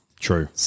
True